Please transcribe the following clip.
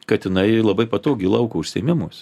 kad jinai labai patogi lauko užsiėmimuose